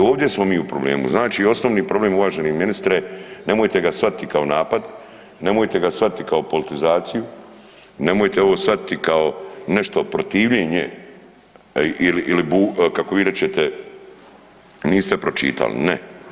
I ovdje smo mi u problemu, znači osnovni problem uvaženi ministre, nemojte ga shvatiti kao napad, nemojte ga shvatiti kao politizaciju, nemojte ovo shvatiti kao nešto protivljenje ili kako vi rečete, niste pročitali, ne.